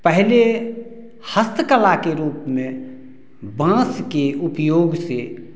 पहले हस्तकला के रूप में बाँस के उपयोग से